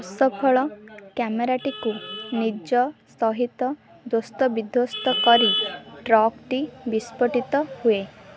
ଅସଫଳ କ୍ୟାମେରାଟିକୁ ନିଜ ସହିତ ଧ୍ୱସ୍ତବିଧ୍ୱସ୍ତ କରି ଟ୍ରକ୍ଟି ବିସ୍ଫୋଟିତ ହୁଏ